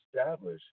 establish